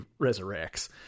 resurrects